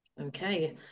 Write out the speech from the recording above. Okay